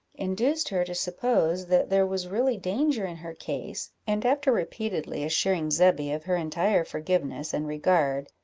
induced her to suppose that there was really danger in her case and after repeatedly assuring zebby of her entire forgiveness and regard,